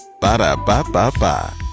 Ba-da-ba-ba-ba